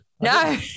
No